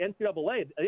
NCAA